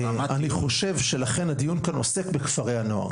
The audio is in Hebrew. אני חושב שלכן הדיון כאן עוסק בכפרי הנוער